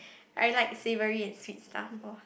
I like savoury and sweet stuff lor